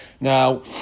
Now